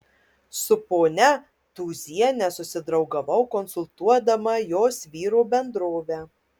su ponia tūziene susidraugavau konsultuodama jos vyro bendrovę